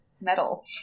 metal